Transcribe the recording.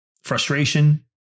Frustration